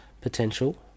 potential